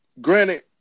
Granted